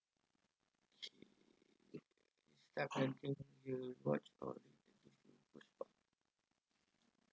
you watch goosebumps